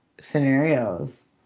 scenarios